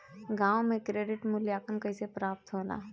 गांवों में क्रेडिट मूल्यांकन कैसे प्राप्त होला?